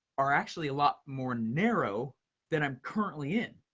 are actually a lot more narrow than i'm currently in.